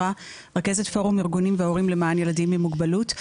רכזת פורום ארגונים והורים למען ילדים עם מוגבלויות,